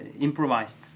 improvised